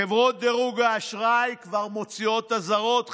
חברות דירוג האשראי כבר מוציאות אזהרות,